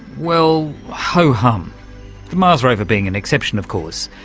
well, ho-hum the mars rover being an exception of course.